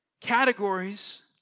categories